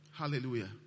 Hallelujah